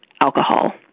alcohol